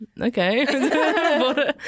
Okay